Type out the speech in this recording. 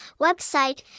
website